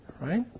Right